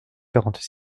quarante